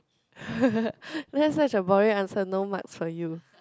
that's such a boring answer no marks for you